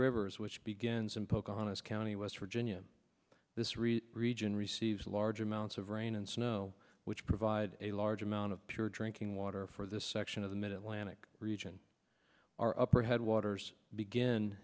rivers which begins in pocahontas county west virginia this reed region receives large amounts of rain and snow which provide a large amount of pure drinking water for this section of the mid atlantic region our upper head waters begin